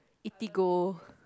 Eatigo